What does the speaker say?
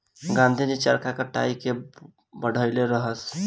गाँधी जी चरखा कताई के बढ़इले रहस